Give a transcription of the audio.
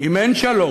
אם אין שלום,